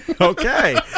Okay